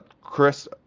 Chris